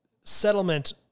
settlement